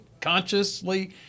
consciously